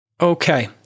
Okay